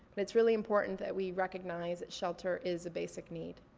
it's really important that we recognize that shelter is a basic need.